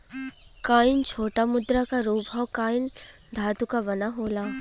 coin छोटा मुद्रा क रूप हौ कॉइन धातु क बना होला